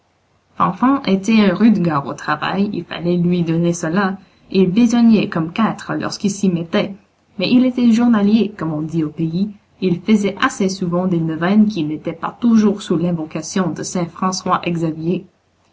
fanfan était un rude gars au travail il fallait lui donner cela et il besognait comme quatre lorsqu'il s'y mettait mais il était journalier comme on dit au pays et il faisait assez souvent des neuvaines qui n'étaient pas toujours sous l'invocation de saint françois xavier